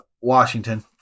Washington